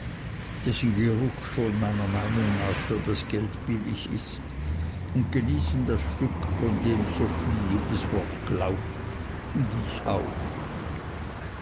dessen geruch schon meiner meinung nach für das geld billig ist und genießen das stück von dem sophie jedes wort glaubt und ich auch